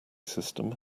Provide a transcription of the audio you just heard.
system